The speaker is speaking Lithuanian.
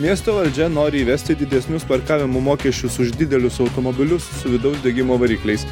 miesto valdžia nori įvesti didesnius parkavimo mokesčius už didelius automobilius su vidaus degimo varikliais